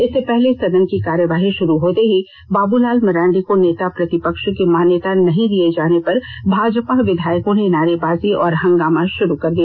इससे पहले सदन की कार्यवाही शुरू होते ही बाबूलाल मरांडी को नेता प्रतिपक्ष की मान्यता नहीं दिये जाने पर भाजपा विधायकों ने नारेबाजी और हंगामा षुरू कर दिया